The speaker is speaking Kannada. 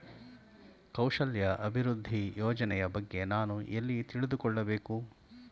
ಕೌಶಲ್ಯ ಅಭಿವೃದ್ಧಿ ಯೋಜನೆಯ ಬಗ್ಗೆ ನಾನು ಎಲ್ಲಿ ತಿಳಿದುಕೊಳ್ಳಬೇಕು?